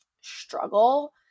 struggle